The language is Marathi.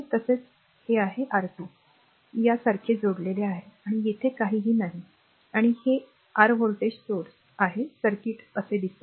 तसेच हे आहे की हे r R2 यासारखे जोडलेले आहे आणि तेथे काहीही नाही आणि हे आर व्होल्टेज स्त्रोत v आहे सर्किट असे दिसेल